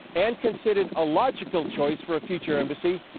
and considered a logical choice for a future embassy,